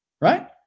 right